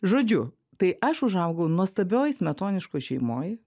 žodžiu tai aš užaugau nuostabioj smetoniškoj šeimoj